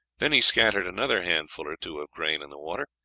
then he scattered another handful or two of grain on the water,